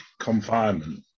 confinement